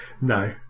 no